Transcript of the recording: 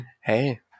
Hey